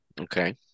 Okay